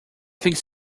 think